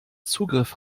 zugriff